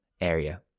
area